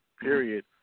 period